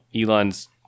Elon's